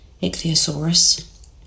Ichthyosaurus